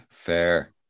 fair